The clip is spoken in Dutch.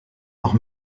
nog